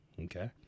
Okay